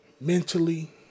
Mentally